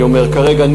אני אומר כרגע,